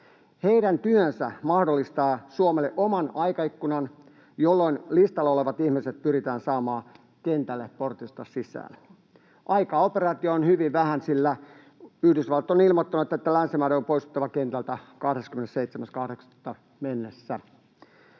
Heidän työnsä mahdollistaa Suomelle oman aikaikkunan, jolloin listalla olevat ihmiset pyritään saamaan kentälle portista sisään. Aikaa operaatioon on hyvin vähän, sillä Yhdysvallat on ilmoittanut, että länsimaiden on poistuttava kentältä 27.8. mennessä.